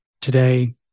today